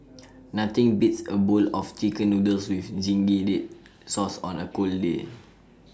nothing beats A bowl of Chicken Noodles with Zingy Red Sauce on A cold day